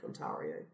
Ontario